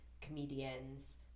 comedians